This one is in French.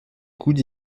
coude